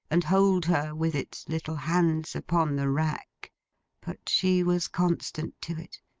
and hold her with its little hands upon the rack but she was constant to it,